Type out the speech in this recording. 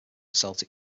celtic